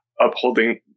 upholding